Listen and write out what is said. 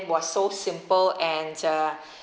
was so simple and uh